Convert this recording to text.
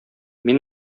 мин